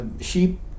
sheep